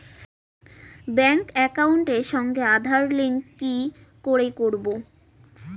Bank একাউন্টের সঙ্গে Aadhaar link কি করে করবো?